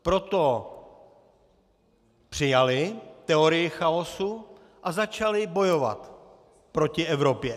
Proto přijali teorii chaosu a začali bojovat proti Evropě.